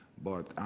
but